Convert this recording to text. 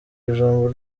ijambo